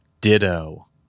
Ditto